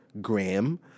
Graham